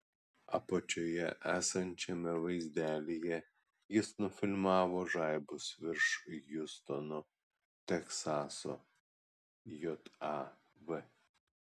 apačioje esančiame vaizdelyje jis nufilmavo žaibus virš hjustono teksaso jav